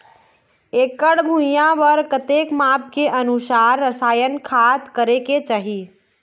एकड़ भुइयां बार कतेक माप के अनुसार रसायन खाद करें के चाही?